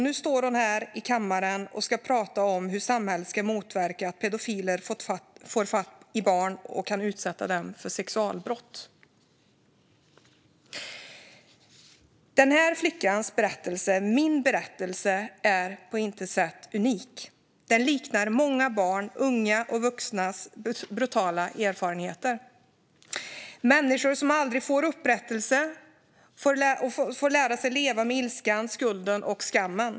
Nu står hon här i kammaren och ska prata om hur samhället ska motverka att pedofiler får fatt i barn och kan utsätta dem för sexualbrott. Den här flickans berättelse, min berättelse, är på intet sätt unik. Den liknar många barns, ungas och vuxnas brutala erfarenheter. Det är människor som aldrig får upprättelse och som får lära sig att leva med ilskan, skulden och skammen.